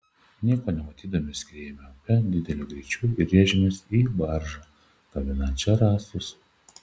nieko nematydami skriejome upe dideliu greičiu ir rėžėmės į baržą gabenančią rąstus